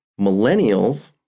millennials